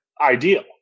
ideal